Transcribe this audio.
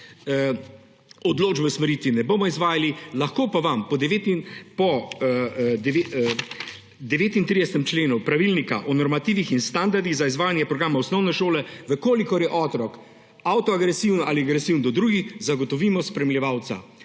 odločbe o usmeritvi ne bomo izvajali, lahko pa vam po 39. členu Pravilnika o normativih in standardih za izvajanje programa osnovne šole, če je otrok avtoagresiven ali agresiven do drugih, zagotovimo spremljevalca